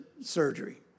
surgery